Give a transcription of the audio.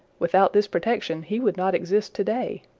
without this protection he would not exist to-day.